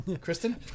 Kristen